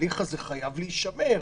בתהליך הזה חייב להישמר.